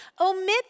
Omit